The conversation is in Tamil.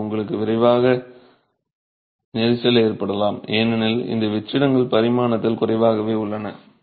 எனவே உங்களுக்கு விரைவாக நெரிசல் ஏற்படலாம் ஏனெனில் இந்த வெற்றிடங்கள் பரிமாணத்தில் குறைவாகவே உள்ளன